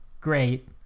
great